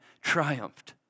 triumphed